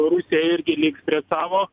rusija irgi liks prie savo